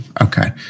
Okay